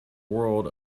world